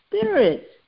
Spirit